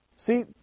See